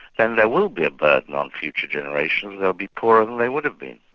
then there will be a burden on future generations they'll be poorer than they would have been.